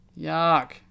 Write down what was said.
Yuck